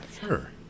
sure